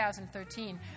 2013